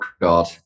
God